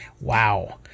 Wow